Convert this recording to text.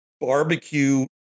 Barbecue